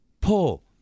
pull